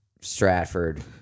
Stratford